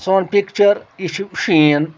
سون پِکچر یہِ چھُ شیٖن